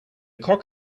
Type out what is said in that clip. cock